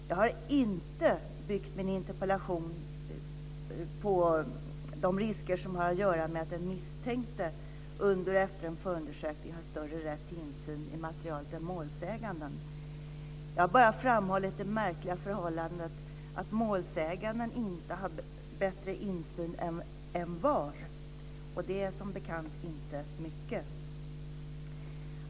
Jag har inte byggt min interpellation på de risker som har att göra med att den misstänkte under och efter en förundersökning har en större rätt till insyn i materialet än målsäganden. Jag har bara framhållit det märkliga förhållandet att målsäganden inte har bättre insyn än envar. Det är som bekant inte mycket.